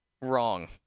Wrong